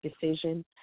decision